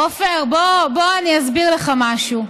עפר, בוא אני אסביר לך משהו.